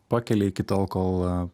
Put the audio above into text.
pakeli iki tol kol